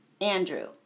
Andrew